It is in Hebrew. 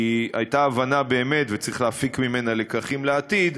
כי הייתה הבנה, וצריך להפיק ממנה לקחים לעתיד,